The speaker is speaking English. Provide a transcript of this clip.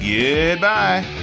Goodbye